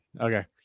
okay